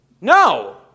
No